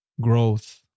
Growth